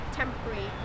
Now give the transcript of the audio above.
temporary